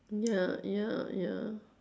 ya ya ya